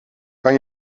kan